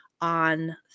on